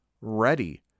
ready